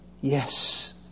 Yes